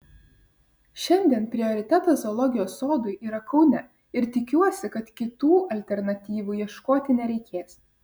šiandien prioritetas zoologijos sodui yra kaune ir tikiuosi kad kitų alternatyvų ieškoti nereikės